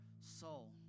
soul